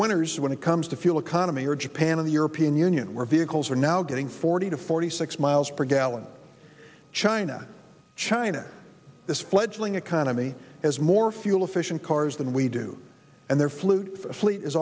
winners when it comes to fuel economy are japan of the european union where vehicles are now getting forty to forty six miles per gallon china china this fledgling economy has more fuel efficient cars than we do and there flute